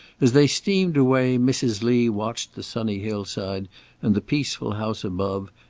as they steamed away, mrs. lee watched the sunny hill-side and the peaceful house above,